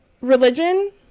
religion